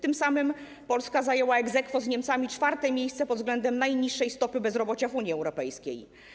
Tym samym Polska zajęła ex aequo z Niemcami czwarte miejsce pod względem najniższej stopy bezrobocia w Unii Europejskiej.